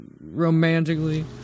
romantically